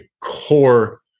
core